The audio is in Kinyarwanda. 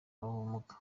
n’ubumuga